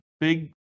big